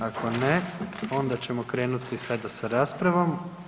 Ako ne onda ćemo krenuti sada sa raspravom.